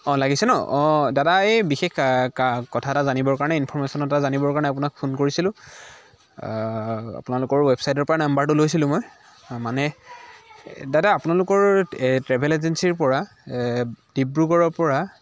লাগিছে ন' দাদা এই বিশেষ কা কা কথা এটা জানিবৰ কাৰণে ইনফ'ৰ্মেচন এটা জানিবৰ কাৰণে আপোনাক ফোন কৰিছিলোঁ আপোনালোকৰ ৱেৱচাইদৰ পৰা নাম্বাৰটো লৈছিলোঁ মই মানে দাদা আপোনালোকৰ ট্ৰেভেল এজেন্সীৰ পৰা ডিব্ৰুগড়ৰ পৰা